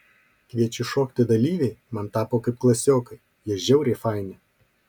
kviečiu šokti dalyviai man tapo kaip klasiokai jie žiauriai faini